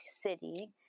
City